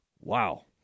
Wow